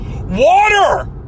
Water